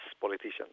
politicians